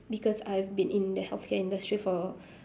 because I been in the healthcare industry for